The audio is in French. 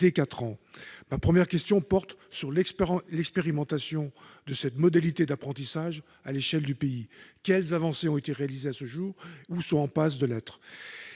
Ma première question portera sur l'expérimentation de cette modalité d'apprentissage à l'échelon du territoire. Quelles avancées ont été réalisées à ce jour ou sont en passe de l'être ?